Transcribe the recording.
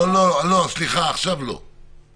גם זה נקרא לאיים ולהפחיד.